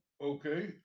Okay